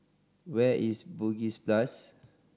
where is Bugis plus